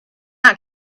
not